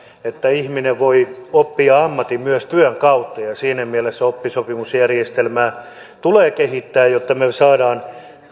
että ihminen voi oppia ammatin myös työn kautta ja siinä mielessä oppisopimusjärjestelmää tulee kehittää jotta me me saamme